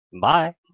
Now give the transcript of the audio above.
Bye